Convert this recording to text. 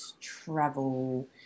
travel